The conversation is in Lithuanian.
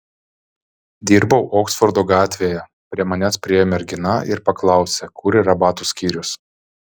dirbau oksfordo gatvėje prie manęs priėjo mergina ir paklausė kur yra batų skyrius